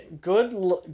good